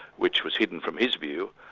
which was hidden from his view,